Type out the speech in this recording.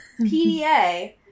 PDA